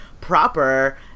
proper